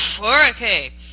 Okay